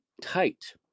tight